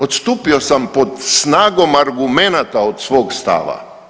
Odstupio sam pod snagom argumenata od svog stava.